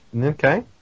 Okay